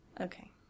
okay